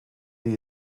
die